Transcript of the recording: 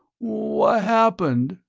wha' happened?